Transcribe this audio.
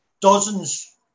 dozens